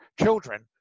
children